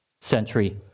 century